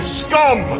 scum